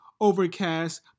Overcast